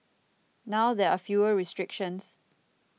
now there are fewer restrictions